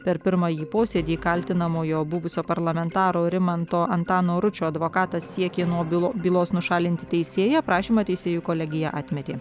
per pirmąjį posėdį kaltinamojo buvusio parlamentaro rimanto antano ručio advokatas siekė nuo bylo bylos nušalinti teisėją prašymą teisėjų kolegija atmetė